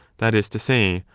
that is to say,